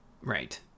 Right